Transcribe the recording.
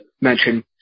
mention